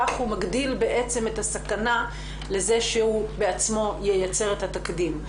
כך הוא מגדיל את הסכנה לזה שהוא בעצמו ייצר את התקדים.